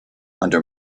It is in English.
under